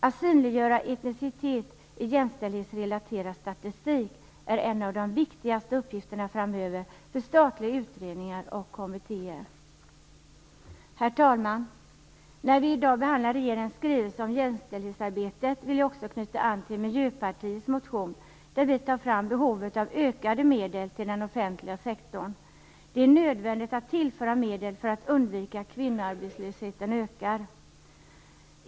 Att synliggöra etnicitet i jämställdhetsrelaterad statistik är en av de viktigaste uppgifterna framöver för statliga utredningar och kommittéer. Herr talman! När vi i dag behandlar regeringens skrivelse om jämställdhetsarbetet vill jag knyta an till Miljöpartiets motion, där vi lyfter fram behovet av ökade medel till den offentliga sektorn. Det är nödvändigt att tillföra medel för att undvika att kvinnoarbetslösheten ökar.